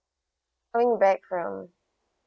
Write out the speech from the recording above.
flying back from